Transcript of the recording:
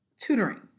Tutoring